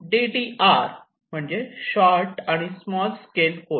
D D R म्हणजे short आणि small scale होय